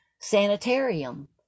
sanitarium